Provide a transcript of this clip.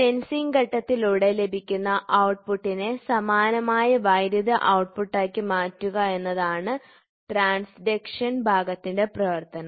sensing ഘട്ടത്തിലൂടെ ലഭിക്കുന്ന ഔട്ട്പുട്ടിനെ സമാനമായ വൈദ്യുത ഔട്ട്പുട്ടാക്കി മാറ്റുക എന്നതാണ് ട്രാൻസ്ഡക്ഷൻ ഭാഗത്തിന്റെ പ്രവർത്തനം